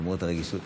למרות הרגישות.